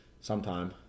sometime